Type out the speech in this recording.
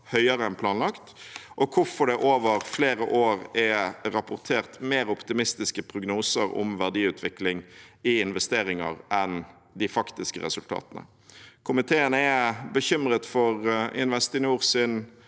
høyere enn planlagt, og hvorfor det over flere år er rapportert mer optimistiske prognoser om verdiutvikling i investeringer enn de faktiske resultatene. Komiteen er bekymret for Investinors